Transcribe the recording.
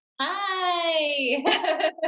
Hi